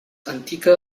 antike